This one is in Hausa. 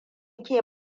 ke